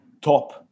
top